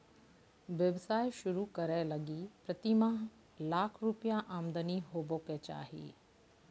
व्यवसाय शुरू करे लगी प्रतिमाह लाख रुपया आमदनी होबो के चाही